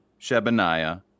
Shebaniah